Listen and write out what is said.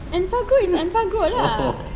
Enfagrow is Enfagrow lah